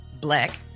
black